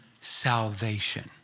salvation